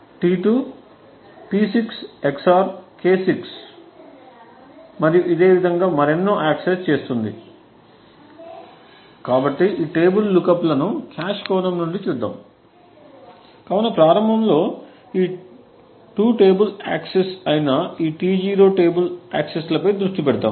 T2 P6 XOR K6 మరియు మరెన్నో access చేస్తుంది కాబట్టి ఈ టేబుల్ లుక్అప్ లను కాష్కోణం నుండి చూద్దాం కాబట్టి ప్రారంభంలో ఈ 2 టేబుల్ యాక్సెస్ అయిన ఈ T0 టేబుల్ యాక్సెస్లపై దృష్టి పెడదాం